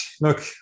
look